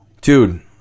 dude